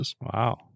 Wow